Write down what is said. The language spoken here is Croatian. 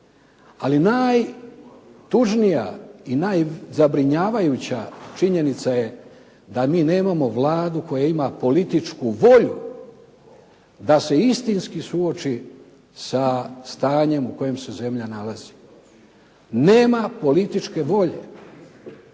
Ali najtužnija i najzabrinjavajuća činjenica je da mi nemamo Vladu koja ima političku volju da se istinski suoči sa stanjem u kojem se zemlja nalazi. Nema političke volje.